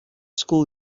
school